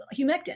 humectant